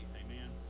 amen